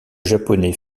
japonais